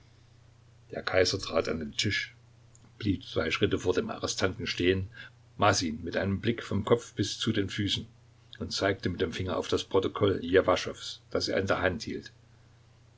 der kaiser trat an den tisch blieb zwei schritte vor dem arrestanten stehen maß ihn mit einem blick vom kopf bis zu den füßen und zeigte mit dem finger auf das protokoll ljewaschows das er in der hand hielt